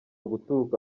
guturuka